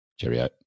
cheerio